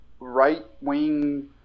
right-wing